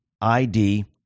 ID